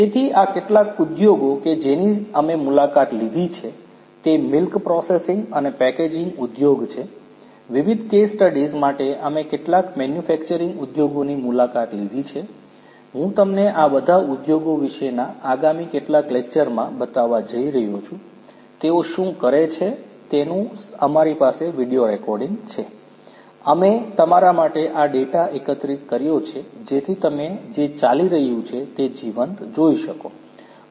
તેથી આ કેટલાક ઉદ્યોગો કે જેની અમે મુલાકાત લીધી છે તે મિલ્ક પ્રોસેસિંગ અને પેકેજિંગ ઉદ્યોગ છે વિવિધ કેસ સ્ટડીજ માટે અમે કેટલાક મેન્યુફેકચરિંગ ઉદ્યોગોની મુલાકાત લીધી છે હું તમને આ બધા ઉદ્યોગો વિશેના આગામી કેટલાક લેકચરમાં બતાવવા જઇ રહ્યો છું તેઓ શું કરે છે તેનું અમારી પાસે વિડિઓ રેકોર્ડીંગ છે અમે તમારા માટે આ ડેટા એકત્રિત કર્યો છે જેથી તમે જે ચાલી રહ્યું છે તે જીવંત જોઈ શકો